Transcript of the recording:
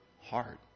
hard